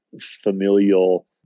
familial